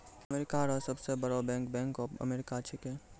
America रो सब से बड़ो बैंक बैंक ऑफ अमेरिका छैकै